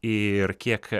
ir kiek